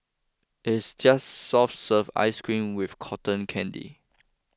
it's just soft serve ice cream with cotton candy